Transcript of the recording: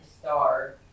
star